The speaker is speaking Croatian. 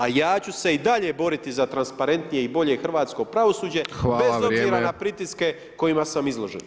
A ja ću se i dalje boriti za transparentnije i bolje hrvatsko pravosuđe bez obzira na pritiske kojima sam izložen.